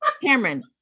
Cameron